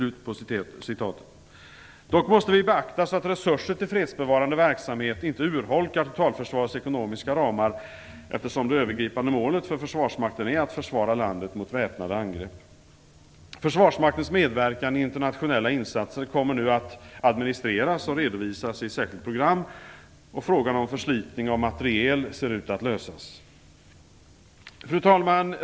Vi måste dock beakta att resurser till fredsbevarande verksamhet inte urholkar totalförsvarets ekonomiska ramar eftersom det övergripande målet för försvarsmakten är att försvara landet mot väpnade angrepp. Försvarsmaktens medverkan i internationella insatser kommer nu att administreras och redovisas i ett särskilt program. Frågan om förslitning av materiel ser ut att lösas. Fru talman!